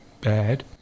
bad